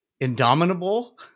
indomitable